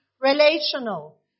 relational